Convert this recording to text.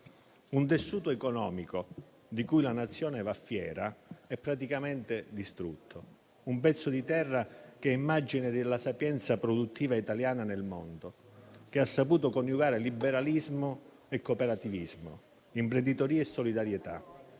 Un tessuto economico di cui la Nazione va fiera è stato praticamente distrutto. Un pezzo di terra che è immagine della sapienza produttiva italiana nel mondo, che ha saputo coniugare liberalismo e cooperativismo, imprenditoria e solidarietà,